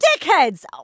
dickheads